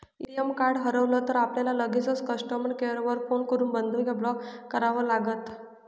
ATM card हरवलं तर, आपल्याला लगेचच कस्टमर केअर वर फोन करून बंद किंवा ब्लॉक करावं लागतं